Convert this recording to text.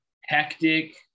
hectic